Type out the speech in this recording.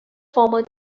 former